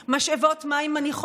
משאבות מים עם ציצית?